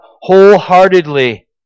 wholeheartedly